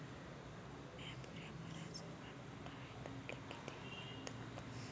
म्या पुऱ्या घरात सर्वांत मोठा हाय तर मले किती पर्यंत कर्ज भेटन?